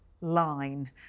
line